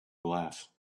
glass